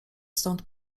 stąd